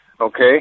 Okay